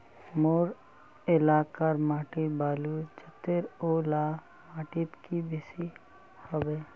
मोर एलाकार माटी बालू जतेर ओ ला माटित की बेसी हबे?